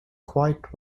quiet